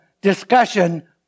discussion